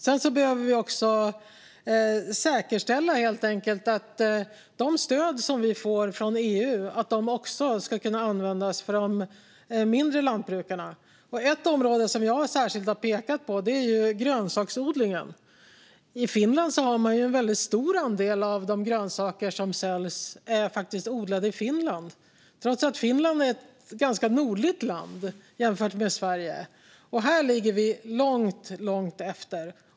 Sedan behöver vi också säkerställa att de stöd som vi får från EU också ska kunna användas av mindre lantbrukare. Ett område som jag särskilt har pekat på är grönsaksodlingen. I Finland är en väldigt stor andel av de grönsaker som säljs faktiskt odlade i Finland, trots att Finland är ett ganska nordligt land jämfört med Sverige. Här ligger vi långt efter.